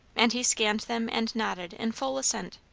and he scanned them and nodded in full assent.